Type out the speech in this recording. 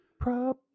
Prop